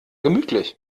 gemütlich